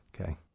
Okay